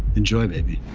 enjoy, baby